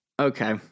okay